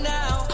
now